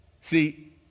See